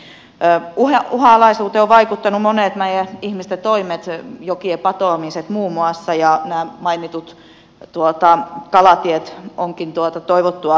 uhanalaisuuteen ovat vaikuttaneet monet meidän ihmisten toimet jokien patoamiset muun muassa ja nämä mainitut kalatiet ovatkin toivottuja tulevassakin